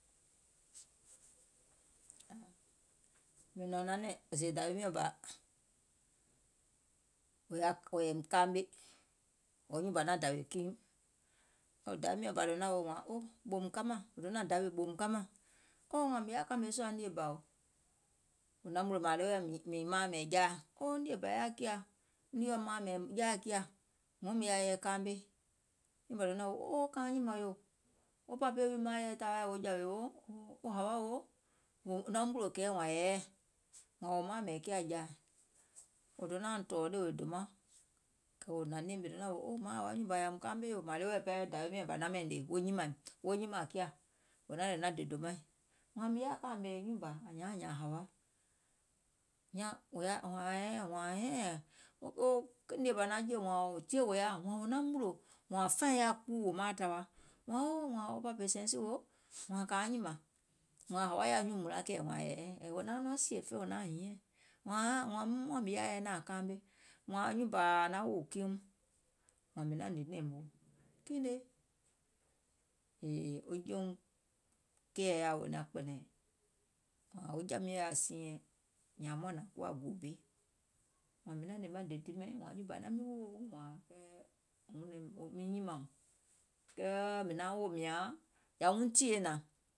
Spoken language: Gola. Mìŋ nɔ̀ŋ nanɛ̀ŋ sèè dȧwi miɔ̀ŋ bȧ wò yȧìm kaame, ɔ̀ɔ̀ nyùùŋ bȧ naŋ dàwè kiim, wo dȧwi miɔ̀ŋ bȧ donȧŋ woò wȧȧŋ o, ɓòòum kamȧŋ, wò donȧŋ dawè ɓòòùm kamȧŋ, oo wȧȧŋ mìŋ yaȧ kȧmè sùȧ nìe bȧò, wò naŋ mùnlò mȧȧŋ ɗeweɛ̀ mìŋ maȧŋ mɛ̀iŋ jaȧ kiȧ, oo nìe bà yaȧ kiȧ, nìeɔ̀ maȧŋ mɛiŋ jaȧ kiȧ wuŋ mìŋ yaȧ yɛi kaamè, oo kȧuŋ nyìmȧŋ ƴò, wo pȧpe wii maȧŋ yɛi tȧwaȧ jȧwè wo, wo hȧwa wo, wò naŋ mùnlò kɛ̀ɛɛ̀, wȧȧŋ hɛ̀ɛɛ̀, ɔ̀ɔ̀ wò maȧŋ mɛ̀iŋ kiȧ jaȧ, wò douŋ nȧŋ tɔ̀ɔ̀ ɗèwè dòmaŋ, kɛ̀ wò hnȧŋ nɛɛŋ mio, oo mȧaŋ hȧwa nyùùŋ bȧ yȧùm kaameò, mȧȧŋ ɗeweɛ̀ pɛɛ dȧwi miɔ̀ŋ bȧ naŋ mɛ̀iŋ hnè wo nyimȧȧŋ kiȧ, wȧȧŋ mìŋ yaȧ kȧȧmè nyùùŋ bȧ ȧŋ nyȧauŋ hȧwa wo faiŋ yaȧ kpuu wò maȧŋ tȧwa, wààŋ wo pȧpè sɛ̀ɛsì wo, wȧȧŋ kȧuŋ nyìmȧŋ, wȧȧŋ hȧwa yaȧ nyuùŋ mùnlaŋ kɛ̀ɛ, wȧȧŋ hɛ̀ɛ̀ɛ, wò nauŋ nɔŋ sìè feìŋ wò nauŋ hiɛ̀ŋ, wààŋ muȧŋ mìŋ yaȧ yɛi nȧaŋ kaame, wȧȧŋ nyùùŋ bȧ naŋ wòò kiium, wààŋ wo jɔ̀ȧ miɔ̀ŋ yaȧ siinyɛŋ nyȧȧŋ muȧŋ nȧŋ kuwa gòò bi,